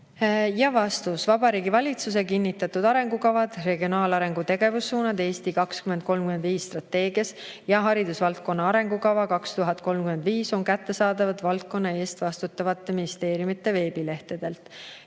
tutvuda?" Vabariigi Valitsuse kinnitatud arengukavad, regionaalarengu tegevussuunad "Eesti 2035" strateegias ja "Haridusvaldkonna arengukava 2021–2035" on kättesaadavad valdkonna eest vastutavate ministeeriumide veebilehtedel.